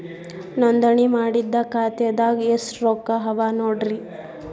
ನೋಂದಣಿ ಮಾಡಿದ್ದ ಖಾತೆದಾಗ್ ಎಷ್ಟು ರೊಕ್ಕಾ ಅವ ನೋಡ್ರಿ